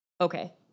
Okay